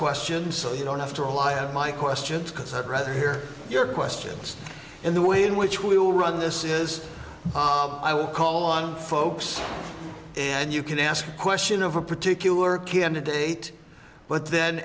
questions so you don't have to rely on my questions because i'd rather hear your questions and the way in which we will run this is i will call on folks and you can ask a question of a particular candidate but then